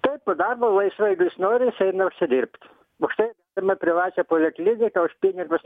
taip po darbo laisvai jeigu jis nori jis eina užsidirbt už tai privačią polikliniką už pinigus